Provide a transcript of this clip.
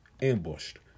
Ambushed